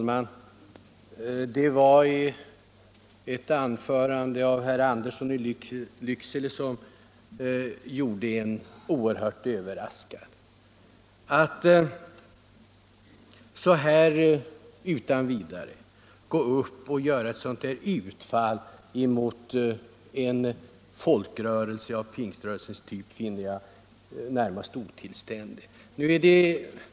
Fru talman! Herr Anderssons i Lycksele anförande gjorde mig mycket överraskad. Att utan vidare gå upp och göra ett sådant här utfall mot pingströrelsen finner jag närmast otillständigt.